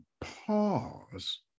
pause